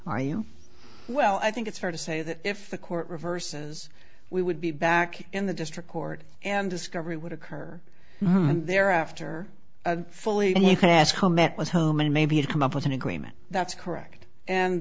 are you well i think it's fair to say that if the court reverses we would be back in the district court and discovery would occur there after fully last comment was home and maybe to come up with an agreement that's correct and